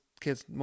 kids